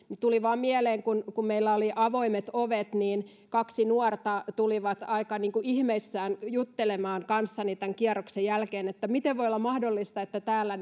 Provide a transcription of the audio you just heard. tuli vain mieleen että kun meillä oli avoimet ovet niin kaksi nuorta tuli aika ihmeissään juttelemaan kanssani kierroksen jälkeen siitä miten voi olla mahdollista että täällä